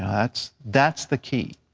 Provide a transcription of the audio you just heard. that's that's the key.